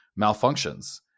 malfunctions